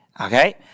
Okay